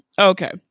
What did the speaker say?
Okay